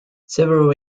several